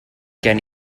gen